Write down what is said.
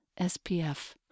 SPF